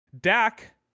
Dak